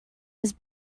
his